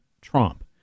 Trump